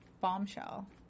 bombshell